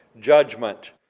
judgment